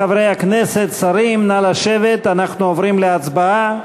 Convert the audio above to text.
חברי הכנסת, שרים, נא לשבת, אנחנו עוברים להצבעה.